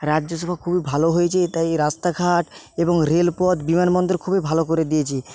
রাজ্যসভা খুবই ভালো হয়েছে তাই রাস্তাঘাট এবং রেলপথ বিমানবন্দর খুবই ভালো করে দিয়েছে